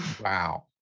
Wow